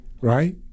right